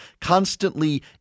constantly